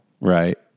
Right